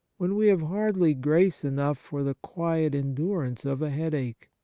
when we have hardly grace enough for the quiet endurance of a headache.